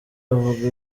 avuga